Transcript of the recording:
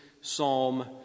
psalm